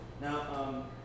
Now